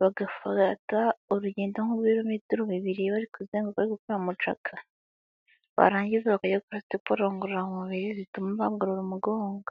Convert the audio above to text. bagafata urugendo nk'ibirometero bibiri bari kuzenguruka bari gukora mucaka, barangiza bakajya gukora siporo ngororamubiri zituma bagorora umugongo.